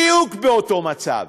בדיוק באותו מצב.